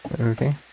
Okay